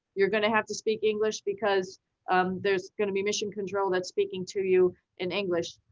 you're gonna have to speak english, because um there's gonna be mission control that's speaking to you in english.